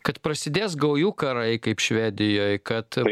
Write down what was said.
kad prasidės gaujų karai kaip švedijoj kad